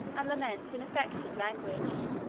and lament, in affected language,